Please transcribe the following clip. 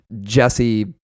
jesse